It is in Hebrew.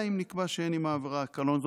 אלא אם נקבע שאין עם העבירה קלון.